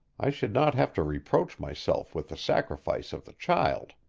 i should not have to reproach myself with the sacrifice of the child.